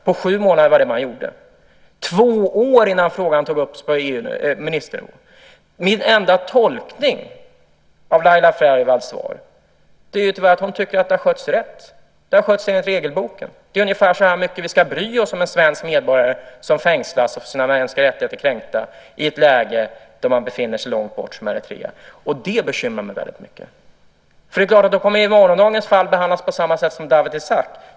Det var vad som gjordes på sju månader. Det tog två år innan frågan togs upp på ministernivå. Min enda tolkning av Laila Freivalds svar är tyvärr att hon tycker att frågan skötts rätt, att den skötts enligt regelboken och att det är ungefär så mycket vi ska bry oss om en svensk medborgare som fängslas och får sina mänskliga rättigheter kränkta i ett läge då han befinner sig långt borta, i det här fallet i Eritrea. Det bekymrar mig mycket, för då kommer naturligtvis morgondagens fall att behandlas på samma sätt som fallet Dawit Isaak.